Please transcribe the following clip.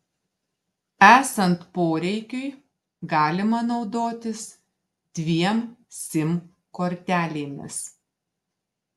esant poreikiui galima naudotis dviem sim kortelėmis